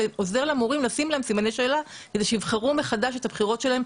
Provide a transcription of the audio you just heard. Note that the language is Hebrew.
ועוזר למורים לשים להם סימני שאלה כדי שיבחרו מחדש את הבחירות שלהם,